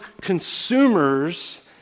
consumers